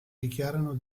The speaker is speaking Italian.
dichiarano